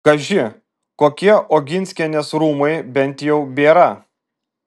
kaži kokie oginskienės rūmai bent jau bėra